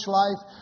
life